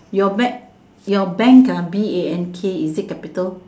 your bag your bank B A N K is it capital